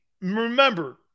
Remember